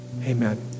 Amen